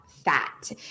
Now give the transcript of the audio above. fat